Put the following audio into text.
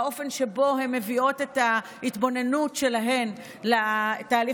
באופן שבו הן מביאות את ההתבוננות שלהן לתהליך